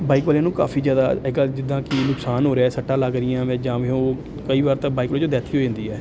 bike ਵਾਲਿਆਂ ਨੂੰ ਕਾਫੀ ਜ਼ਿਆਦਾ ਅੱਜ ਕੱਲ੍ਹ ਜਿੱਦਾਂ ਕਿ ਨੁਕਸਾਨ ਹੋ ਰਿਹਾ ਸੱਟਾਂ ਲੱਗ ਰਹੀਆਂ ਵੀ ਜਾਂ ਫਿਰ ਉਹ ਕਈ ਵਾਰ ਤਾਂ ਬਾਈਕ ਵਾਲੇ ਦੀ ਡੈਥ ਵੀ ਜਾਂਦੀ ਹੈ